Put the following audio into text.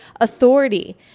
authority